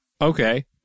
Okay